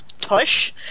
tush